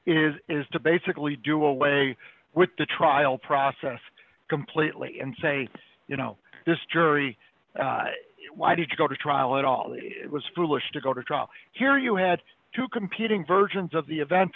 is is to basically do away with the trial process completely and say you know this jury why did you go to trial at all it was foolish to go to trial here you had two competing versions of the event